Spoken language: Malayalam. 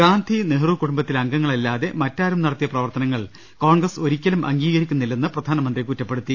ഗാന്ധി നെഹ്റു കുടുംബത്തിലെ അംഗങ്ങളല്ലാതെ മറ്റാ രും നടത്തിയ പ്രവർത്തനങ്ങൾ കോൺഗ്രസ് ഒരിക്കലും അംഗീകരിക്കുന്നില്ലെന്ന് പ്രധാനമന്ത്രി കുറ്റപ്പെടുത്തി